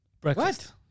Breakfast